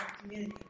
community